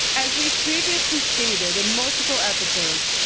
as we've previously stated and multiple episodes,